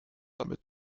damit